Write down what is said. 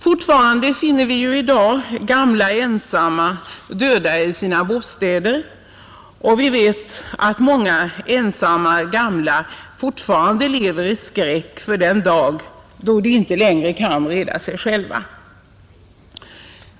Fortfarande finner vi i dag gamla ensamma, som ligger döda i sina bostäder, och vi vet att många ensamma gamla lever i skräck för den dag då de inte längre kan reda sig själva.